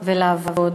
לעבוד ולעבוד.